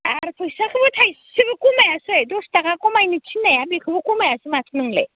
आरो फैसाखोबो थाइसेबो खमायासै दस थाखा खमायनो थिननाया बेखौबो खमायासै माथो नोंलाय